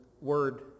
word